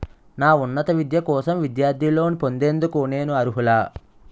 నా ఉన్నత విద్య కోసం విద్యార్థి లోన్ పొందేందుకు నేను అర్హులా?